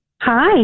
Hi